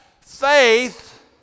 faith